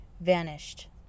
Vanished